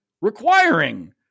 requiring